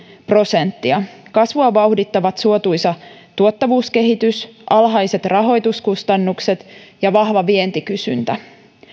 prosenttia kasvua vauhdittavat suotuisa tuottavuuskehitys alhaiset rahoituskustannukset ja vahva vientikysyntä